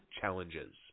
challenges